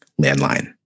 landline